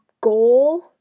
goal